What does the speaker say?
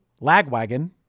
Lagwagon